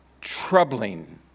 troubling